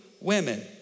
women